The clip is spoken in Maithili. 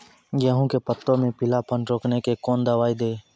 गेहूँ के पत्तों मे पीलापन रोकने के कौन दवाई दी?